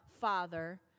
Father